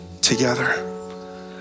together